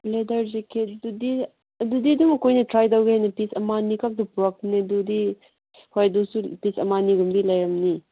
leather ꯖꯦꯀꯦꯠꯇꯨꯗꯤ ꯑꯗꯨꯗꯤ ꯑꯗꯨꯝ ꯑꯩꯈꯣꯏꯅ ꯇ꯭ꯔꯥꯏ ꯇꯧꯒꯦ ꯍꯥꯏꯅ ꯄꯤꯁ ꯑꯃ ꯑꯅꯤ ꯈꯛꯇ ꯄꯨꯔꯛꯄꯅꯦ ꯑꯗꯨꯗꯤ ꯍꯣꯏ ꯑꯗꯨꯁꯨ ꯄꯤꯁ ꯑꯃ ꯑꯅꯤꯒꯨꯝꯕꯗꯤ ꯂꯩꯔꯝꯅꯤ